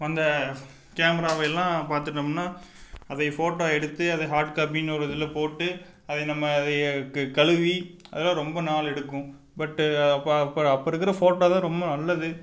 அந்த கேமராவை எல்லாம் பார்த்துட்டோம்னா அதை ஃபோட்டோ எடுத்து அதை ஹார்ட் காப்பின்னு ஒரு இதில் போட்டு அதை நம்ம அதை கழுவி அதெலாம் ரொம்ப நாள் எடுக்கும் பட்டு அப்போ இருக்கிற ஃபோட்டோ தான் ரொம்ப நல்லது